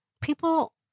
people